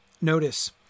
Notice